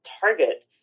target